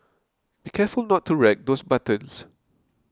be careful not to wreck those buttons